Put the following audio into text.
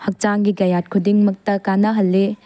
ꯍꯛꯆꯥꯡꯒꯤ ꯀꯌꯥꯠ ꯈꯨꯗꯤꯡꯃꯛꯇ ꯀꯥꯟꯅꯍꯜꯂꯤ